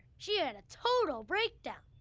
she had a total breakdown.